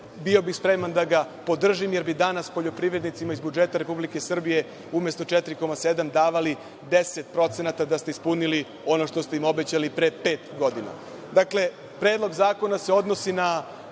bio bih spreman da ga podržim, jer bi danas poljoprivrednicima iz budžeta Republike Srbije umesto 4,7 davali 10%, da ste ispunili ono što ste im obećali pre pet godina. Dakle, Predlog zakona se odnosi na